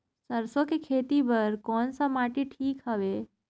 सरसो के खेती बार कोन सा माटी ठीक हवे?